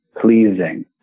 pleasing